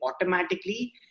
automatically